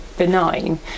benign